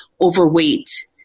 overweight